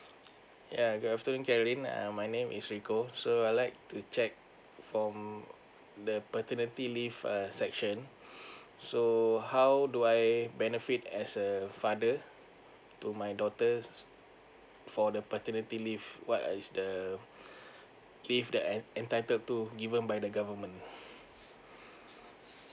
ya good afternoon caroline uh my name is rico so I'd like to check for um the paternity leave err section so uh how do I benefit as a father to my daughters for the paternity leave what uh is the leave that I entitled to given by the government